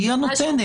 היא הנותנת.